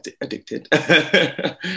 addicted